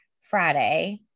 Friday